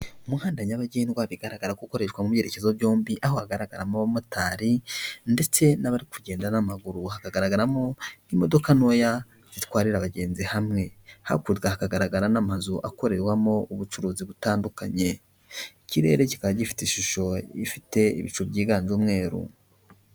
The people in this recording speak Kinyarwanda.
Umuhanda nyabagendwa bigaragara ko ukoreshwa mu byerekezo byombi, aho hagaragaramo abamotari ndetse n'abari kugenda n'amaguru, hakagaragaramo imodoka ntoya zitwarira abagenzi hamwe, hakurya hakagaragara n'amazu akorerwamo ubucuruzi butandukanye, ikirere kikaba gifite ishusho ifite ibicu byiganje umweru.